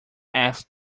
ask